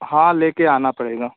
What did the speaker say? हाँ ले कर आना पड़ेगा